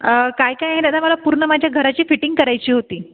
काय काय आहे दादा मला पूर्ण माझ्या घराची फिटिंग करायची होती